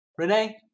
Renee